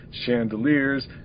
Chandeliers